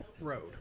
road